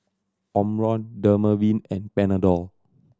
Omron Dermaveen and Panadol